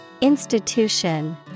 Institution